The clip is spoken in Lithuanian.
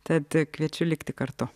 tad kviečiu likti kartu